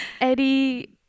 Eddie